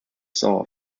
saw